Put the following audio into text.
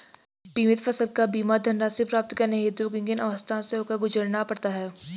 बीमित फसल का बीमा धनराशि प्राप्त करने हेतु किन किन अवस्थाओं से होकर गुजरना पड़ता है?